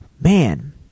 man